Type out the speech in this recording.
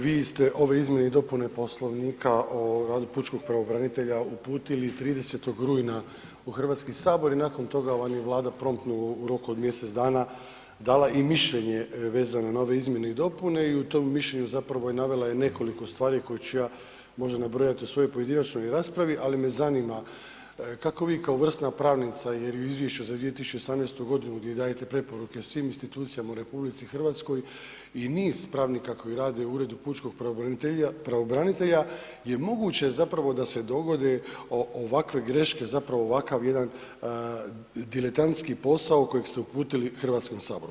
Vi ste ove izmjene i dopune Poslovnika o radu pučkog pravobranitelja uputili 30. rujna u Hrvatski sabor i nakon toga vam je Vlada promptno u roku od mjesec dana dala i mišljenje vezano na ove izmjene i dopune i u tom mišljenju zapravo je navela je nekoliko stvari koje ću ja možda nabrojati u svojoj pojedinačnoj raspravi, ali me zanima kako bi kao vrsna pravnica, jer i u izvješću za 2018. g. gdje dajete preporuke svim institucijama u RH, i niz pravnika koji rade u Uredu pučkog pravobranitelja je moguće zapravo da se dogode ovakve greške, zapravo ovakav jedan diletantski posao kojeg ste uputili Hrvatskom saboru?